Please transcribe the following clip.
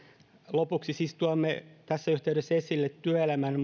lopuksi siis tuomme tässä yhteydessä esille työelämän